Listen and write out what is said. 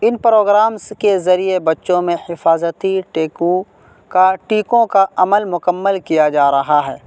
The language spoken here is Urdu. ان پروگرامس کے ذریعے بچوں میں حفاظتی ٹیکو کا ٹیکوں کا عمل مکمل کیا جا رہا ہے